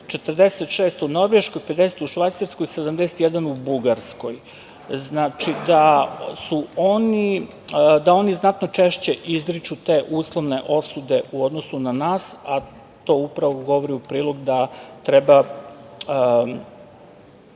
46 u Norveškoj, 50 u Švajcarskoj, 71 u Bugarskoj. Znači, da oni znatno češće izriču te uslovne osude u odnosu na nas, a to upravo govori u prilog da treba